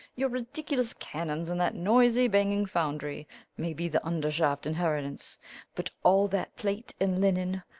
your ridiculous cannons and that noisy banging foundry may be the undershaft inheritance but all that plate and linen,